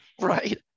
right